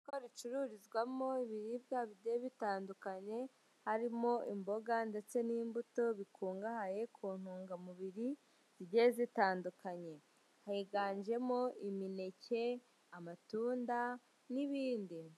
Ibikorwa bicururizwamo ibiribwa bigiye bitandukanye harimo imboga ndetse n'imbuto bikungahaye ku ntungamubiri zigiye zitandukanye higanjemo imineke amatunda n'ibindi .